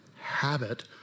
Habit